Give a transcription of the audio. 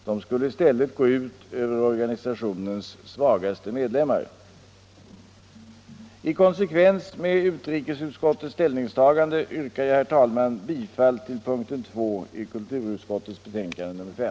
De skulle i stället gå ut över organisationens svagaste medlemmar.” I konsekvens med utrikesutskottets ställningstagande yrkar jag, herr talman, bifall till kulturutskottets hemställan under punkten 2 i dess betänkande nr 5.